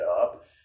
up